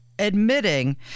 admitting